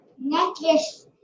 necklace